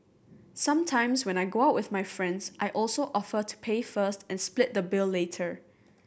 sometimes when I go out with my friends I also offer to pay first and split the bill later